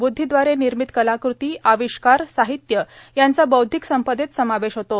बुद्धीद्वारे निर्मित कलाकृती आविष्कार साहित्य यांचा बौद्धिक संपदेत समावेश होतो